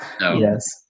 Yes